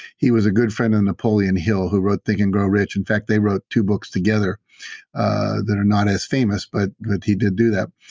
he was a good friend of napoleon hill, who wrote think and grow rich. in fact, they wrote two books together that are not as famous, but he did do that.